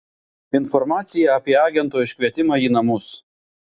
informacija apie agento iškvietimą į namus